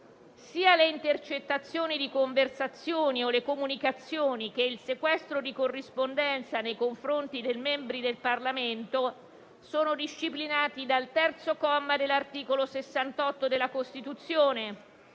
sia le intercettazioni di conversazioni o le comunicazioni, sia il sequestro di corrispondenza nei confronti dei membri del Parlamento sono disciplinati dal terzo comma dell'articolo 68 della Costituzione,